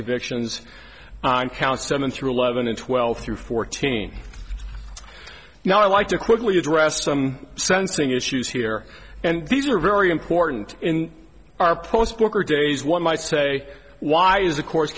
convictions on counts seven through eleven and twelve through fourteen now i'd like to quickly address some sensing issues here and these are very important in our post worker days one might say why is the course